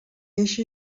eixe